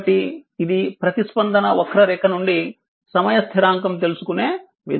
కాబట్టి ఇది ప్రతిస్పందన వక్రరేఖ నుండి సమయ స్థిరాంకం తెలుసుకునే విధానం